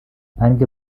einige